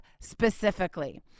specifically